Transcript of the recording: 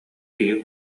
киһи